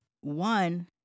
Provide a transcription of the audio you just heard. One